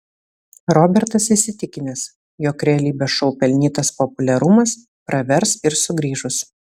robertas įsitikinęs jog realybės šou pelnytas populiarumas pravers ir sugrįžus